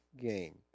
game